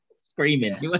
screaming